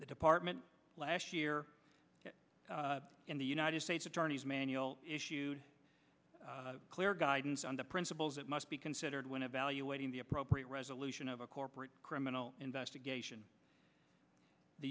the department last year in the united states attorney's manual issued clear guidance on the principles that must be considered when evaluating the appropriate resolution of a corporate criminal investigation the